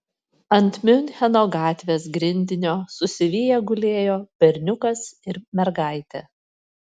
ant miuncheno gatvės grindinio susiviję gulėjo berniukas ir mergaitė